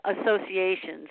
associations